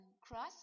Crust